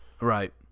Right